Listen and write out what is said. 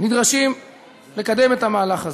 נדרשים לקדם את המהלך הזה.